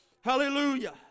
hallelujah